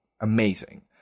amazing